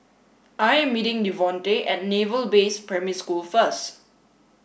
I am meeting Devonte at Naval Base Primary School first